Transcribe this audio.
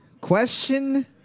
Question